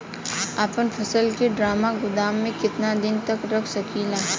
अपना फसल की ड्रामा गोदाम में कितना दिन तक रख सकीला?